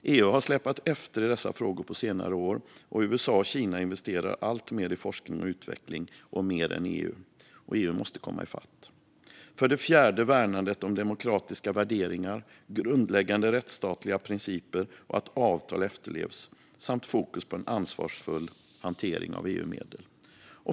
EU har släpat efter i dessa frågor på senare år. USA och Kina investerar alltmer i forskning och utveckling, mer än EU. EU måste komma ifatt. För det fjärde handlar det om värnandet av demokratiska värderingar, grundläggande rättsstatliga principer, att avtal efterlevs samt att det är fokus på en ansvarsfull hantering av EU-medel.